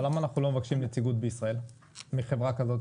אבל למה אנחנו לא מבקשים נציגות בישראל מחברה כזאת,